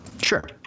Sure